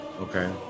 Okay